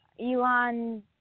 Elon